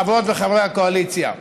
חברות וחברי הקואליציה: